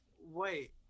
Wait